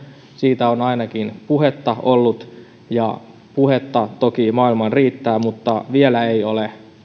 siitä on ainakin puhetta ollut ja puhetta toki maailmaan riittää mutta vielä ei ole